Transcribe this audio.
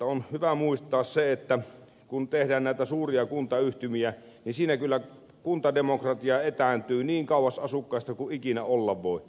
on hyvä muistaa se että kun tehdään näitä suuria kuntayhtymiä niin siinä kyllä kuntademokratia etääntyy niin kauas asukkaista kuin ikinä olla voi